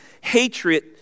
hatred